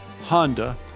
Honda